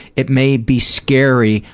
it may be scary,